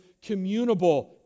communable